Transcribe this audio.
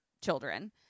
children